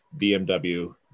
BMW